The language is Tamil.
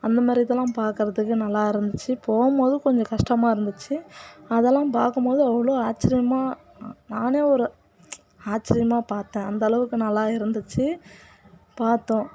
அந்தமாதிரி இதெல்லாம் பார்க்குறதுக்கு நல்லா இருந்துச்சு போகும்போது கொஞ்சம் கஷ்டமாக இருந்துச்சு அதெல்லாம் பார்க்கும்போது அவ்வளோ ஆச்சரியமா நானே ஒரு ஆச்சரியமா பார்த்தேன் அந்த அளவுக்கு நல்லா இருந்துச்சு பார்த்தோம்